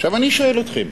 עכשיו, אני שואל אתכם,